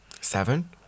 Seven